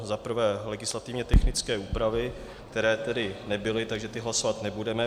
Za prvé legislativně technické úpravy, které nebyly, takže ty hlasovat nebudeme.